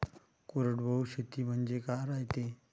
कोरडवाहू शेती म्हनजे का रायते?